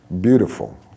beautiful